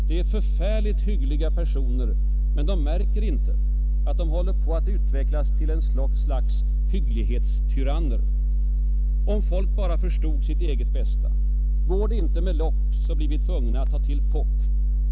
Det är förfärligt hyggliga personer, men de märker inte att de håller på att utvecklas till en sorts hygglighetstyranner. Om folk bara förstod sitt eget bästa! Går det inte med lock så blir vi tvungna att ta till pock.